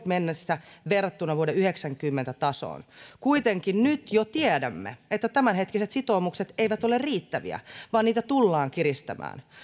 mennessä verrattuna vuoden yhdeksänkymmentä tasoon kuitenkin nyt jo tiedämme että tämänhetkiset sitoumukset eivät ole riittäviä vaan niitä tullaan kiristämään